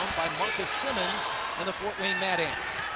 by marcus simmons and the fort wayne mad ants.